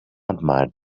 admired